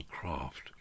craft